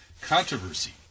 controversy